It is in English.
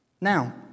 Now